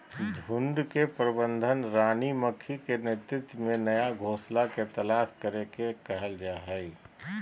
झुंड के प्रबंधन रानी मक्खी के नेतृत्व में नया घोंसला के तलाश करे के कहल जा हई